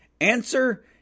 Answer